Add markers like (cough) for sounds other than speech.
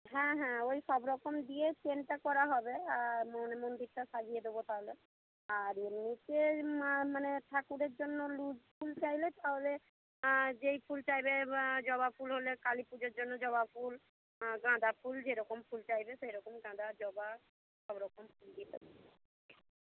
হ্যাঁ হ্যাঁ ওই সব রকম দিয়ে চেনটা করা হবে আর মন্দিরটা সাজিয়ে দেবো তাহলে আর এমনিতে মানে ঠাকুরের জন্য লুস ফুল চাইলে তাহলে যেই ফুল চাইবে জবা ফুল হলে কালী পুজোর জন্য জবা ফুল গাঁদা ফুল যেরকম ফুল চাইবে সেরকম গাঁদা জবা সব রকম ফুল দিয়ে সাজিয়ে (unintelligible)